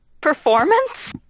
Performance